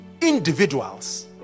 individuals